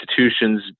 Institutions